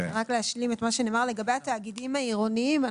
לגבי התאגידים העירוניים,